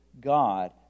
God